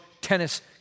tennis